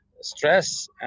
stress